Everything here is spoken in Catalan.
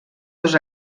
dos